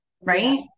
right